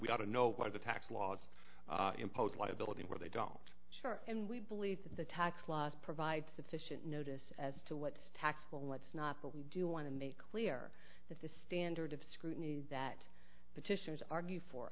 we ought to know why the tax laws impose liability where they don't share and we believe the tax laws provide sufficient notice as to what's taxable what's not but we do want to make clear that the standard of scrutiny that petitioners argue for